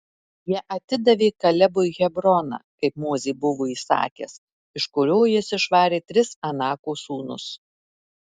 jie atidavė kalebui hebroną kaip mozė buvo įsakęs iš kurio jis išvarė tris anako sūnus